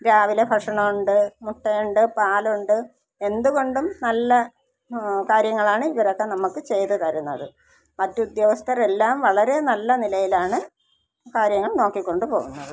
രാവിലെ ഭക്ഷണം ഉണ്ട് മുട്ടയുണ്ട് പാലുണ്ട് എന്തുകൊണ്ടും നല്ല കാര്യങ്ങളാണ് ഇവരൊക്കെ നമുക്ക് ചെയ്തു തരുന്നത് മറ്റു ഉദ്യോഗസ്ഥർ എല്ലാം വളരെ നല്ല നിലയിലാണ് കാര്യങ്ങൾ നോക്കികൊണ്ട് പോകുന്നത്